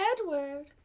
Edward